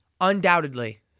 undoubtedly